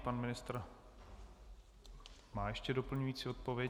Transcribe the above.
Pan ministr má ještě doplňující odpověď.